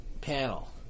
panel